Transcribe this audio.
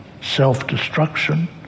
self-destruction